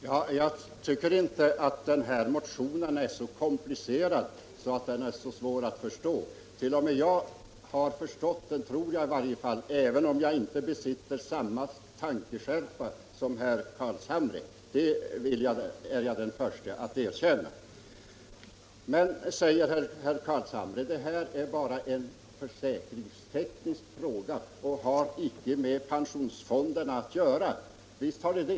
Herr talman! Jag tycker inte att den här motionen är så komplicerad och svår att förstå. T. o. m. jag har förstått den, tror jag i varje fall, även om jag inte besitter samma tankeskärpa som herr Carlshamre — det är jag den förste att erkänna. Herr Carlshamre säger att detta bara är en försäkringsteknisk fråga och att den icke har med pensionsfonderna att göra. Visst har den det.